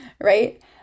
Right